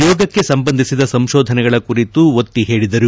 ಯೋಗಕ್ಷೆ ಸಂಬಂಧಿಸಿದ ಸಂಶೋಧನೆಗಳ ಕುರಿತು ಒತ್ತಿ ಹೇಳಿದರು